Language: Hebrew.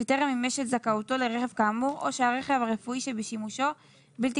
שטרם מימש את זכאותו לרכב כאמור או שהרכב הרפואי שבשימושו בלתי